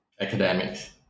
academics